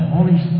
Holy